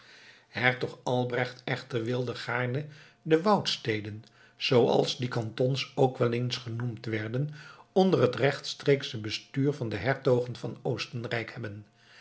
hertog albrecht echter wilde gaarne de woudsteden zooals die cantons ook wel eens genoemd werden onder het rechtstreeksche bestuur van de hertogen van oostenrijk hebben